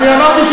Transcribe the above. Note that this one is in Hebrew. אני אמרתי,